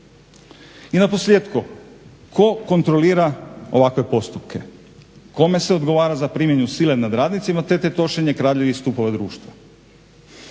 I naposljetku. Tko kontrolira ovakve postupke? Kome se odgovara za primjenu sile nad radnicima te tetošenje kradljivih stupova društva?